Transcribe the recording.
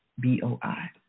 B-O-I